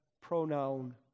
pronoun